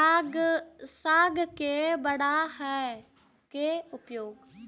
साग के बड़ा है के उपाय?